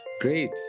Great